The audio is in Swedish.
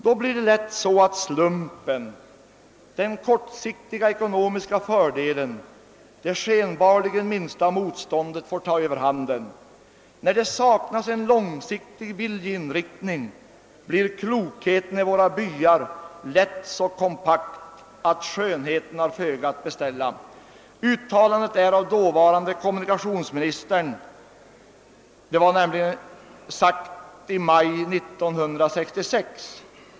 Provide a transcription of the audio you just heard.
Då blir det lätt så att slumpen, den kortsiktiga ekonomiska fördelen, det skenbarligen minsta motståndet får ta överhanden. När det saknas en långsiktig viljeinriktning blir klokheten i våra byar lätt så kompakt att skönheten har föga att beställa.» Uttalandet är av dåvarande kommunikationsministern — det sades nämligen i maj 1966.